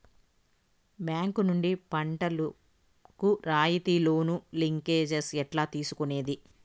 Bank నుండి పంటలు కు రాయితీ లోను, లింకేజస్ ఎట్లా తీసుకొనేది?